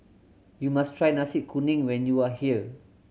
you must try Nasi Kuning when you are here